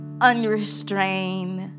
unrestrained